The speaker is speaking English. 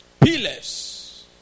Pillars